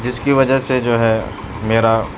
جس کی وجہ سے جو ہے میرا